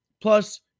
Plus